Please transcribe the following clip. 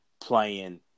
playing